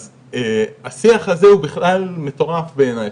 אז השיח הזה הוא בכלל מטורף בעיניי,